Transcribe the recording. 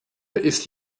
ist